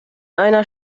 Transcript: einer